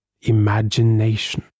imagination